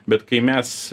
bet kai mes